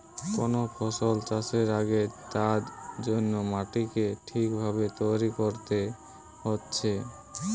কোন ফসল চাষের আগে তার জন্যে মাটিকে ঠিক ভাবে তৈরী কোরতে হচ্ছে